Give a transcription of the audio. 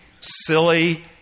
silly